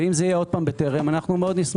ואם זה יהיה שוב בטרם - מאוד נשמח.